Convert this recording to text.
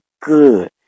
good